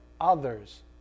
others